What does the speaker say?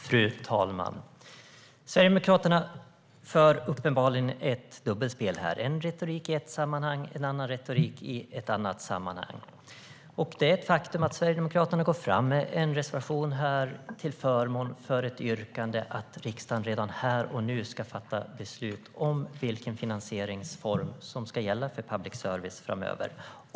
Fru talman! Sverigedemokraterna för uppenbarligen ett dubbelspel här med en retorik i ett sammanhang och en annan retorik i ett annat sammanhang. Det är ett faktum att Sverigedemokraterna går fram med en reservation här till förmån för ett yrkande att riksdagen redan här och nu ska fatta beslut om vilken finansieringsform som ska gälla för public service framöver.